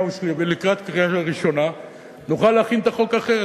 ולקראת קריאה ראשונה נוכל להכין את החוק אחרת,